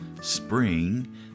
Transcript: spring